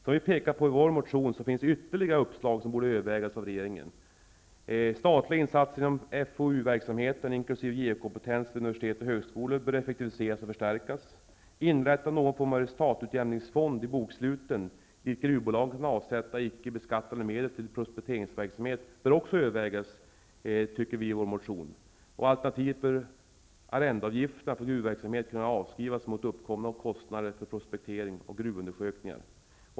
Som vi har pekat på i vår motion finns ytterligare uppslag som borde övervägas av regeringen. geokompetens vid universitet och högskolor bör effektiviseras och förstärkas. Inrättande av någon form av resultatutjämningsfond i boksluten dit gruvbolagen kan avsätta icke beskattade medel till prospekteringsverksamhet bör också övervägas. Alternativt bör arrendeavgifterna för gruvverksamhet kunna avskrivas mot uppkomna kostnader för prospektering och gruvundersökningar.